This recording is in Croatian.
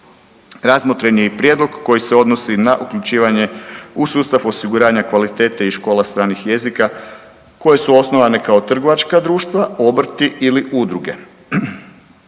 Razmotren je i prijedlog koji se odnosi na uključivanje u sustav osiguranja kvalitete i škola stranih jezika koje su osnovane kao trgovačka društva, obrti ili udruge.